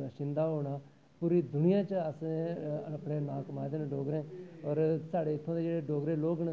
बसनीक होना पूरी दुनिया च असें अपने नांऽ कमाए दे न डोगरें और साढ़े इत्थूं दा जेह्ड़े साढ़े लोक न